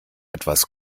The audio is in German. etwas